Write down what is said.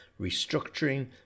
restructuring